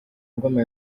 ngoma